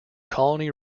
colony